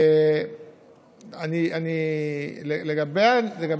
כל הפתרון הוא,